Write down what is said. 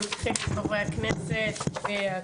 לא